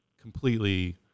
completely